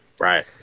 Right